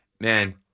man